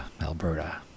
Alberta